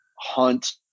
hunt